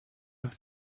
een